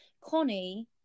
Connie